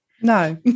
No